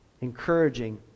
Encouraging